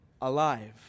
alive